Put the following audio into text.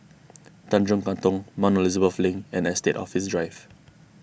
Tanjong Katong Mount Elizabeth Link and Estate Office Drive